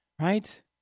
right